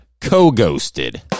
co-ghosted